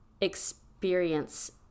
experience